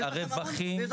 זה בהכרח.